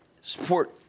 Support